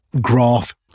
graph